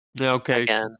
Okay